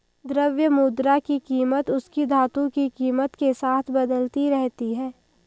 द्रव्य मुद्रा की कीमत उसकी धातु की कीमत के साथ बदलती रहती है